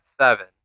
seven